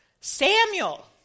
Samuel